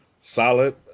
solid